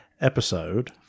episode